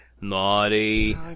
naughty